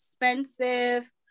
expensive